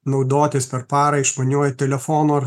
naudotis per parą išmaniuoju telefonu ar